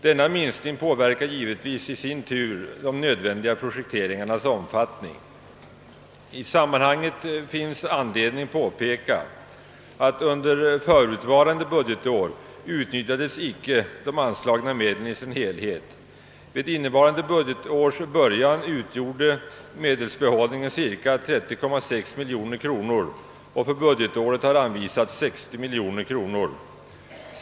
Denna minskning påverkar givetvis i sin tur de nödvändiga projekteringarnas omfattning. I sammanhanget finns anledning påpeka att under förutvarande budgetår de anslagna medlen inte utnyttjades i sin helhet. Vid innevarande budgetårs början utgjorde medelsbehållningen cirka 30,6 miljoner kronor och för budgetåret har anvisats 60 miljoner kronor.